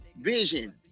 Vision